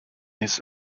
his